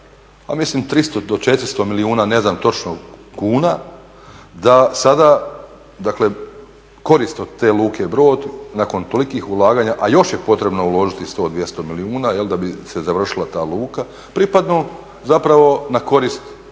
mislim 300 do 400 milijuna ne znam točno kuna, da sada korist od te Luke Brod nakon tolikih ulaganja, a još je potrebno uložiti 100, 200 milijuna da bi se završila ta luka, pripadnu na korist